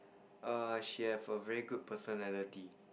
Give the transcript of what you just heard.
err she have a very good personality